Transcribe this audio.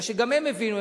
גם הם הבינו,